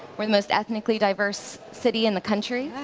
we're the most ethnically diverse city in the country.